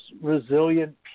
resilient